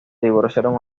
divorciaron